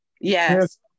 Yes